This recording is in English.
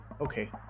Okay